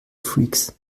freaks